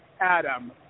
Adam